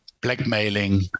blackmailing